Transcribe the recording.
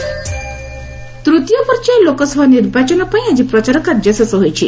election overall ତୂତୀୟ ପର୍ଯ୍ୟାୟ ଲୋକସଭା ନିର୍ବାଚନ ପାଇଁ ଆଜି ପ୍ରଚାର କାର୍ଯ୍ୟ ଶେଷ ହୋଇଛି